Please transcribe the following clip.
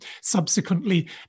subsequently